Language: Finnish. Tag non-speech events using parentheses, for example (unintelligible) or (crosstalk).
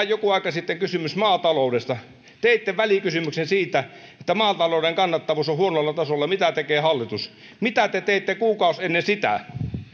(unintelligible) joku aika sitten kysymys maataloudesta teitte välikysymyksen siitä että maatalouden kannattavuus on huonolla tasolla ja mitä tekee hallitus mitä te teitte kuukausi ennen sitä